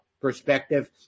perspective